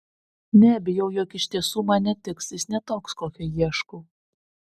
ne bijau jog iš tiesų man netiks jis ne toks kokio ieškau